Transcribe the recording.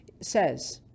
says